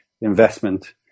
investment